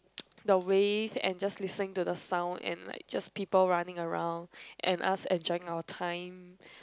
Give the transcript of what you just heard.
the wave and just listening to the sound and like just people running around and us enjoying our time